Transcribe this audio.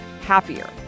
happier